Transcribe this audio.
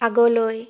আগলৈ